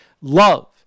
Love